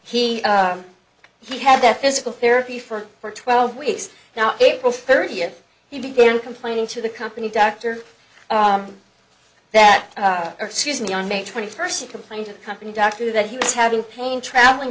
he he had the physical therapy for for twelve weeks now april thirtieth he began complaining to the company doctor that excuse me on may twenty first he complained to company doctor that he was having pain travelling